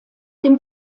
dem